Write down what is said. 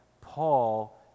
Paul